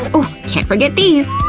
ooh! can't forget these!